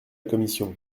commission